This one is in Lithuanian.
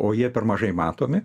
o jie per mažai matomi